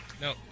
No